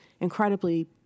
incredibly